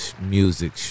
music